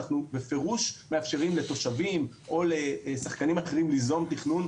אנחנו בפירוש מאפשרים לתושבים או לשחקנים אחרים ליזום תכנון,